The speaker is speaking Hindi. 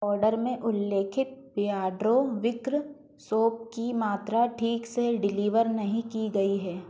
आर्डर में उल्लेखित बिआड्रो विक्र सोप की मात्रा ठीक से डिलीवर नहीं की गई है